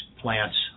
plants